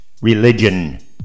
religion